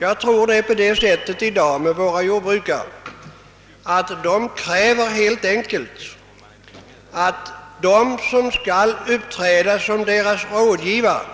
Jag tror att våra jordbrukare i dag helt enkelt kräver att de som skall uppträda som deras rådgivare